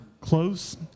close